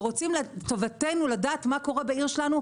ורוצים לטובתנו לדעת מה קורה בעיר שלנו,